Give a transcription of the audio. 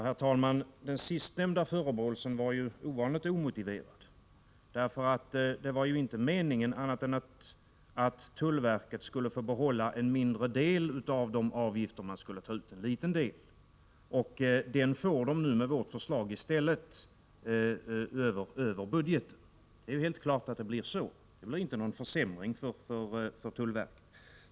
Herr talman! Den sistnämnda förebråelsen var ovanligt omotiverad. Det var ju inte meningen att tullverket skulle få behålla annat än en liten del av de avgifter man skulle ta ut. Den får de nu med vårt förslag i stället över budgeten. Det är helt klart att det blir så. Det blir ingen försämring för tullverket.